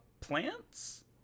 plants